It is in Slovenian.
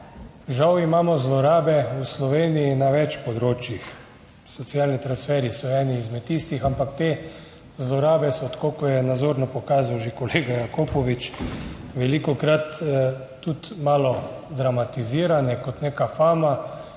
Žal imamo zlorabe v Sloveniji na več področjih. Socialni transferji so eni izmed tistih, ampak te zlorabe so, tako kot je nazorno pokazal že kolega Jakopovič, velikokrat tudi malo dramatizirane kot neka fama,